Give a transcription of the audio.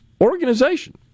organization